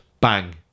Bang